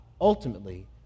ultimately